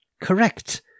Correct